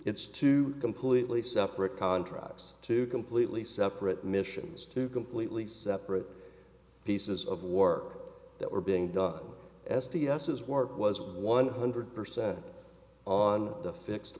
it's two completely separate contracts two completely separate missions two completely separate pieces of work that were being done s t s his work was one hundred percent on the fixed